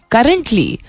Currently